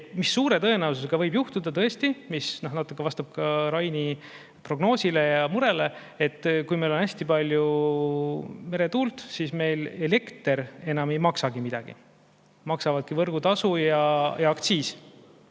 Mis suure tõenäosusega võib tekkida – tõesti, see natukene vastab ka Raini prognoosile ja murele –, kui meil on hästi palju meretuult, siis meil elekter enam ei maksagi midagi. Maksta tuleb võrgutasu ja aktsiisi.